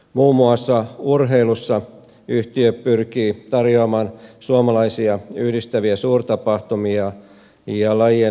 muun muassa urheilussa yhtiö pyrkii tarjoamaan suomalaisia yhdistäviä suurtapahtumia ja lajien monipuolisuutta